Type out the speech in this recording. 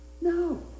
No